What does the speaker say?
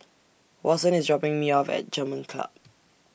Watson IS dropping Me off At German Club